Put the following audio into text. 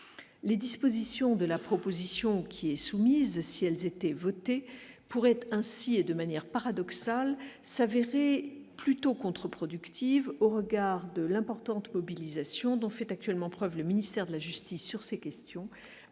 les dispositions de la proposition qui est soumise, si elles étaient votées pour être ainsi et de manière paradoxale s'avérer plutôt contreproductive au regard de l'importante mobilisation dont fait actuellement preuve le ministère de la justice sur ces questions